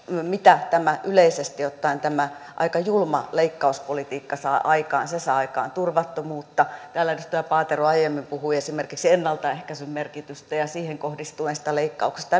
mitä tämä yleisesti ottaen aika julma leikkauspolitiikka saa aikaan se saa aikaan turvattomuutta täällä edustaja paatero aiemmin puhui esimerkiksi ennaltaehkäisyn merkityksestä ja siihen kohdistuvista leikkauksista